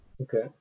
Okay